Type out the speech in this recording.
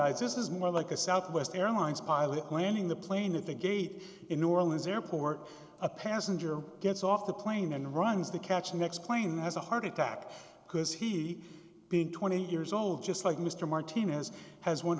guys this is more like a southwest airlines pilot landing the plane at the gate in new orleans airport a passenger gets off the plane and runs the catch next plane has a heart attack because he being twenty years old just like mr martinez has one